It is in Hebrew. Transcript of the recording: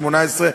השמונה-עשרה,